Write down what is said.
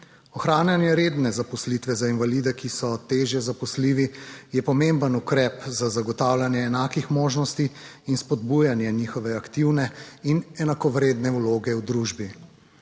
Ohranjanje redne zaposlitve za invalide, ki so težje zaposljivi je pomemben ukrep za zagotavljanje enakih možnosti in spodbujanje njihove aktivne in enakovredne vloge v družbi.